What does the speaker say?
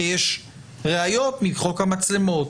כי יש ראיות מחוק המצלמות.